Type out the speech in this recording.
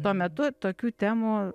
tuo metu tokių temų